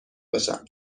باشم